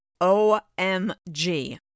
OMG